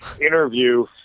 interview